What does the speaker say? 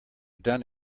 done